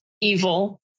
evil